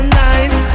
nice